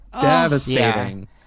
devastating